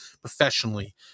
professionally